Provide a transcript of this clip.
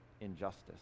injustice